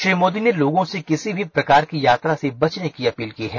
श्री मोदी ने लोगों से किसी भी प्रकार की यात्रा से बचने की अपील की है